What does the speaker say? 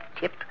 tip